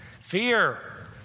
Fear